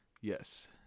Yes